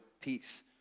peace